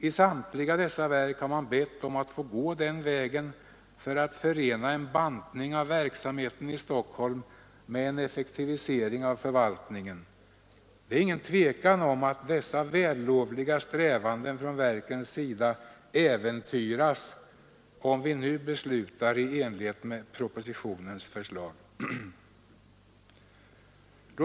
I samtliga dessa verk har man bett att få gå den vägen för att förena en bantning av verksamheten i Stockholm med en effektivisering av förvaltningen. Det råder inget tvivel om att dessa vällovliga strävanden från verkets sida äventyras om vi nu beslutar i enlighet med propositionens förslag.